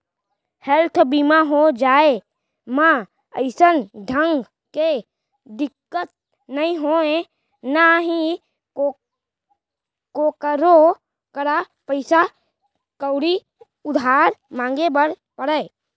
health बीमा हो जाए म अइसन ढंग के दिक्कत नइ होय ना ही कोकरो करा पइसा कउड़ी उधार मांगे बर परय